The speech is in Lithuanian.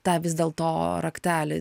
tą vis dėlto raktelį